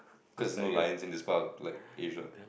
cause there's no lions in this part of like Asia